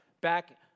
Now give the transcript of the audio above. back